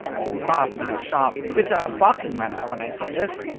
you laugh in a sharp, bitter, barking manner when i say this,